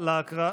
בעד,